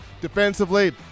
Defensively